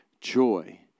Joy